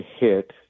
hit